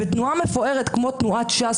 ותנועה מפוארת כמו תנועת ש"ס,